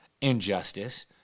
injustice